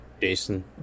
Jason